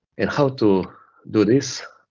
and how to do this.